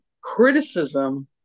criticism